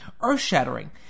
earth-shattering